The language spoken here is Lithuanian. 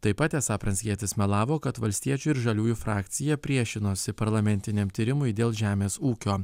taip pat esą pranckietis melavo kad valstiečių ir žaliųjų frakcija priešinosi parlamentiniam tyrimui dėl žemės ūkio